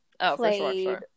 played